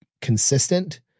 consistent